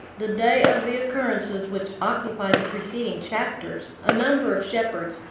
the day of the occurrences which occupy the preceding chapters, a number of shepherds,